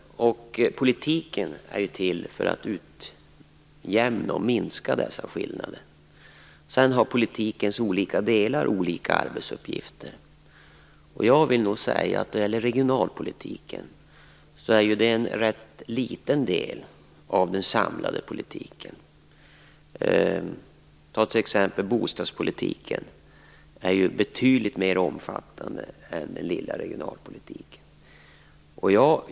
Politiken är till för att utjämna och minska dessa skillnader. Dessutom har politikens olika delar olika arbetsuppgifter. Jag vill nog säga att regionalpolitiken är en rätt liten del av den totala politiken. Exempelvis bostadspolitiken är ju betydligt mer omfattande än den lilla regionalpolitiken.